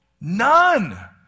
None